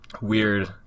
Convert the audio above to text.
weird